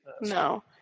No